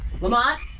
Lamont